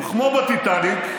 וכמו בטיטניק,